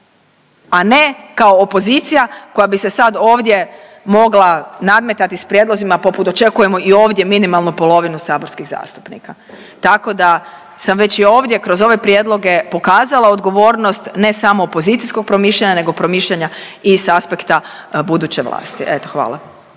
A ne kao opozicija koja bi se sad ovdje mogla nadmetati s prijedlozima, poput očekujemo i ovdje minimalno polovinu saborskih zastupnika. Tako da sam već i ovdje kroz ovdje prijedloge pokazala odgovornost, ne samo pozicijskog promišljanja, nego promišljanja i s aspekta buduće vlasti. Eto, hvala.